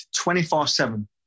24-7